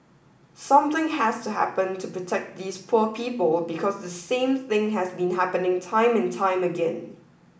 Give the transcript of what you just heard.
something has to happen to protect these poor people because this same thing has been happening time and time again